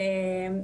כן, נכון.